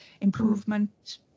improvement